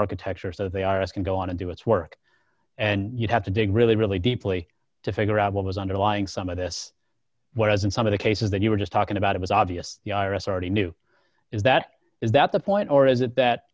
architecture so that they are as can go on to do its work and you'd have to dig really really deeply to figure out what was underlying some of this whereas in some of the cases that you were just talking about it was obvious the i r s already knew is that is that the point or is it that